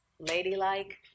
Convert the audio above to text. Ladylike